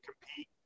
compete